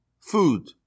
food